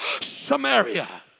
Samaria